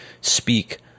speak